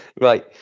right